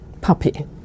puppy